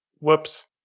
Whoops